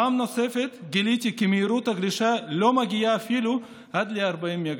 פעם נוספת גיליתי כי מהירות הגלישה לא מגיעה אפילו ל-40 מגה.